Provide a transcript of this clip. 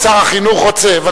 שר החינוך רוצה?